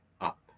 up